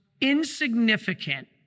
insignificant